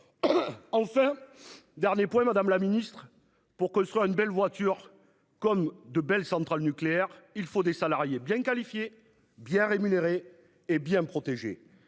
Enfin. Dernier point Madame la Ministre pour que soit une belle voiture comme de belles centrales nucléaires, il faut des salariés bien qualifiés bien rémunérés. Hé bien protégé